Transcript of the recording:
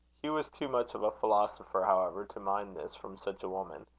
hugh was too much of a philosopher, however, to mind this from such a woman.